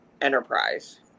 enterprise